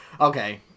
Okay